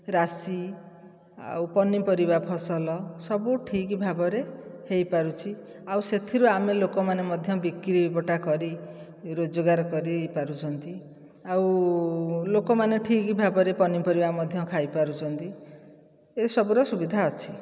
ରାଶି ଆଉ ପନିପରିବା ଫସଲ ସବୁ ଠିକ୍ ଭାବରେ ହୋଇପାରୁଛି ଆଉ ସେଥିରୁ ଆମେ ଲୋକମାନେ ମଧ୍ୟ ବିକ୍ରି ବଟା କରି ରୋଜଗାର କରି ପାରୁଛନ୍ତି ଆଉ ଲୋକମାନେ ଠିକ୍ ଭାବରେ ପନିପରିବା ମଧ୍ୟ ଖାଇ ପାରୁଛନ୍ତି ଏସବୁର ସୁବିଧା ଅଛି